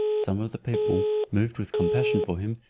some of the people, moved with compassion for him,